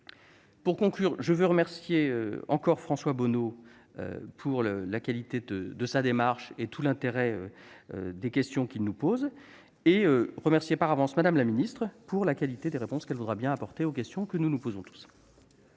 Pour conclure, je veux remercier une nouvelle fois François Bonneau de la qualité de sa démarche et de l'intérêt des interrogations qu'il nous soumet. Je remercie également par avance Mme la ministre de la qualité des réponses qu'elle voudra bien apporter aux questions que nous nous posons tous.